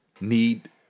need